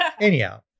Anyhow